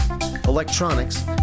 electronics